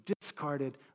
discarded